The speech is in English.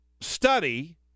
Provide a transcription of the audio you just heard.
study